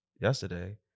yesterday